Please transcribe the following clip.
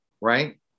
right